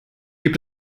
gibt